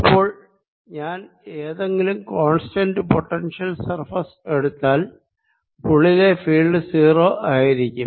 അപ്പോൾ ഞാൻ ഏതെങ്കിലും കോൺസ്റ്റന്റ് പൊട്ടൻഷ്യൽ സർഫേസ് എടുത്താൽ ഉള്ളിലെ ഫീൽഡ് 0 ആയിരിക്കും